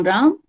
Ram